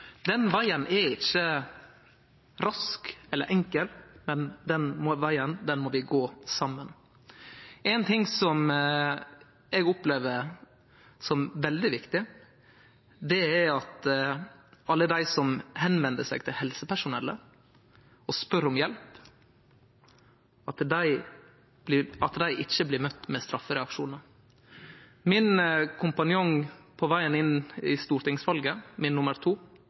Den vegen er ikkje rask eller enkel, men den vegen må vi gå saman. Éin ting som eg opplever som veldig viktig, er at alle dei som tek kontakt med helsepersonell og spør om hjelp, ikkje skal bli møtt med straffereaksjonar. Min kompanjong